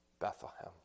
Bethlehem